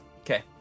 Okay